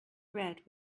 red